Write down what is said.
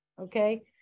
Okay